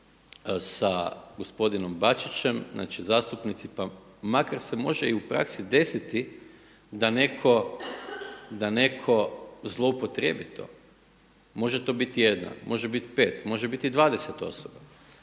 sa gospodinom Bačićem, znači zastupnici pa makar se može u praksi desiti da netko zloupotrijebi to, može to biti jedna, može biti pet, može biti i dvadeset osoba